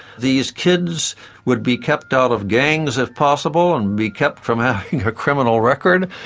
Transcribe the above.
these kids would be kept out of gangs if possible and be kept from having a criminal record.